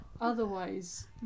otherwise